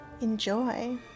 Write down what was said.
Enjoy